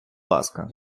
ласка